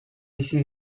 bizi